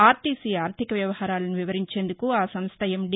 are T C ఆర్లిక వ్యవహారాలను వివరించేందుకు ఆ సంస్థ ఎంది